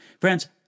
Friends